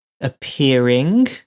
appearing